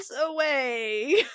away